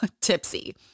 tipsy